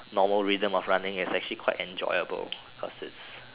normal rhythm of running its actually quite enjoyable cause its